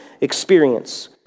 experience